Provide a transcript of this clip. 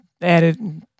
added